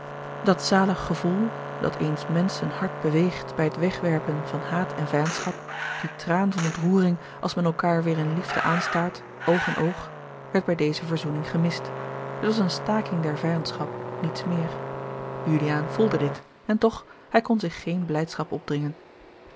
dat zalig gevoel dat eens menschen hart beweegt bij het wegwerpen van haat en vijandschap die traan van ontroering als men elkaâr weêr in liefde aanstaart oog in oog werd bij deze verzoening gemist het was eene staking der vijandschap a l g bosboom-toussaint de delftsche wonderdokter eel niets meer juliaan voelde dit en toch hij kon zich geene blijdschap opdringen